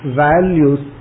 values